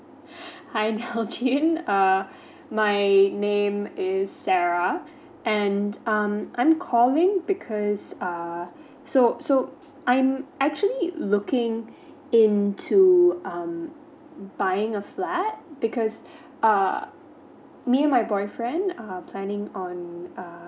hi nalgene err my name is sarah and um I'm calling because um so so I'm actually looking in to um buying a flat because uh me and my boyfriend are planning on uh